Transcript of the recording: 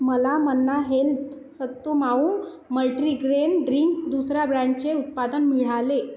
मला मन्ना हेल्थ सत्तू माउ multigrain drink दुसर्या ब्रँडचे उत्पादन मिळाले